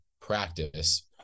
practice